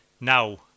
Now